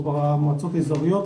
או במועצות האזוריות,